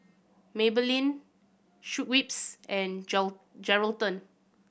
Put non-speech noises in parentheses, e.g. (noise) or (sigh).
Maybelline Schweppes and (unintelligible) Geraldton